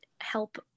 help